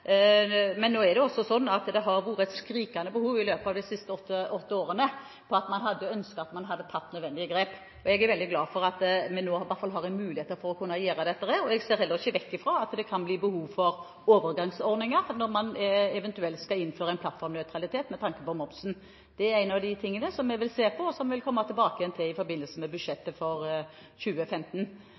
men også at annonseinntektene har sviktet. Dette har akselerert den siste tiden. Det har i de siste åtte årene vært et skrikende behov for å ta nødvendige grep – man har ønsket at man hadde gjort det. Jeg er veldig glad for at vi i hvert fall har mulighet til å gjøre det. Jeg ser heller ikke vekk fra at det, når man eventuelt skal innføre en plattformnøytralitet, kan bli behov for overgangsordninger med tanke på momsen. Det er en av de tingene som vi vil se på, og som vi vil komme tilbake til i forbindelse med budsjettet for 2015.